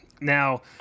Now